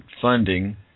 funding